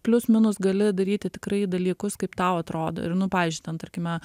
plius minus gali daryti tikrai dalykus kaip tau atrodo ir nu pavyzdžiui ten tarkime